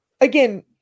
again